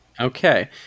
okay